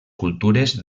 cultures